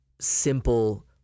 simple